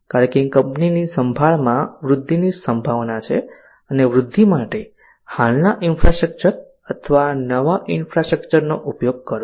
કારણ કે કંપનીની સંભાળમાં વૃદ્ધિની સંભાવના છે અને વૃદ્ધિ માટે હાલના ઇન્ફ્રાસ્ટ્રક્ચર અથવા નવા ઇન્ફ્રાસ્ટ્રક્ચરનો ઉપયોગ કરો